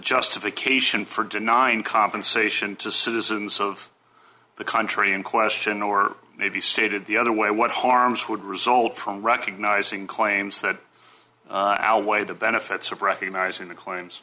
justification for denying compensation to citizens of the country in question or may be stated the other way what harms would result from recognizing claims our way the benefits of recognizing the claims